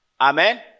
Amen